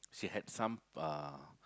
she had some uh